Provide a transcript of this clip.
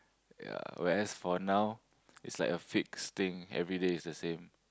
ya whereas for now it's like a fixed thing everyday is the same